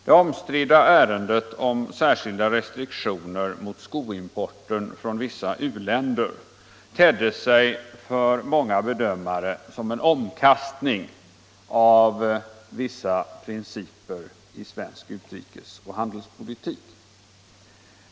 Det omstridda ärendet om särskilda restriktioner mot skoimporten från vissa u-länder tedde sig för många bedömare som en omkastning av vissa principer i svensk utrikesoch handelspolitik.